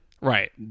right